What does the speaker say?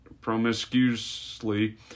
promiscuously